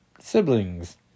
Siblings